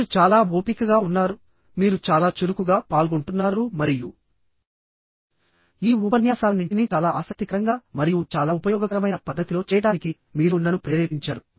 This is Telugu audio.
మీరు చాలా ఓపికగా ఉన్నారు మీరు చాలా చురుకుగా పాల్గొంటున్నారు మరియు ఈ ఉపన్యాసాలన్నింటినీ చాలా ఆసక్తికరంగా మరియు చాలా ఉపయోగకరమైన పద్ధతిలో చేయడానికి మీరు నన్ను ప్రేరేపించారు